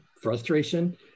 frustration